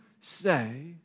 say